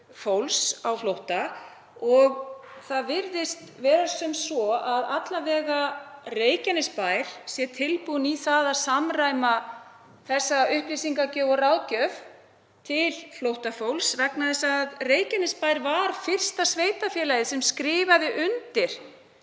fólks á flótta. Það virðist vera að alla vega Reykjanesbær sé tilbúinn í það að samræma þessa upplýsingagjöf og ráðgjöf til flóttafólks vegna þess að Reykjanesbær var fyrsta sveitarfélagið sem skrifaði undir